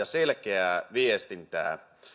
selkeää viestintää